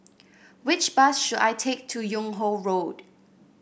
which bus should I take to Yung Ho Road